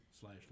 slash